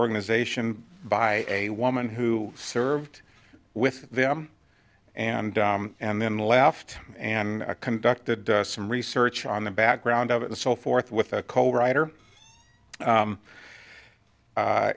organization by a woman who served with them and and then left and conducted some research on the background of it and so forth with a co writer